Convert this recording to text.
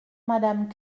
madame